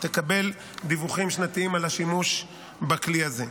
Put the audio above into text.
תקבל דיווחים שנתיים על השימוש בכלי הזה.